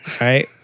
right